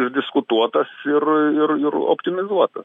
išdiskutuotas ir ir ir optimizuotas